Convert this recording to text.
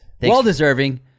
Well-deserving